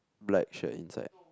black shirt inside